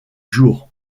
jour